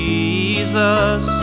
Jesus